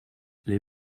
les